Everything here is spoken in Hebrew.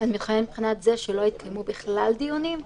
מבחינת זה שלא יתקיימו בכלל דיונים?